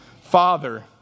father